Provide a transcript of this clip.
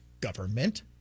government